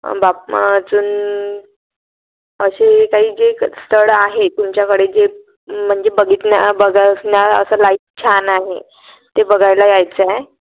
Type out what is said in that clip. बापमा अजून असे काही जे एक स्थळं आहे तुमच्याकडे जे म्हणजे बघितण्या बघन्या असं लाईक छान आहे ते बघायला यायचं आहे